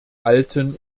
alten